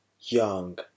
Young